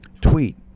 tweet